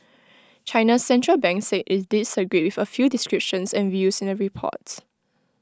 China's Central Bank said IT disagreed with A few descriptions and views in the report